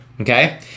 okay